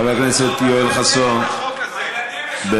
חבר הכנסת יואל חסון, בבקשה.